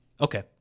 Okay